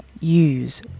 use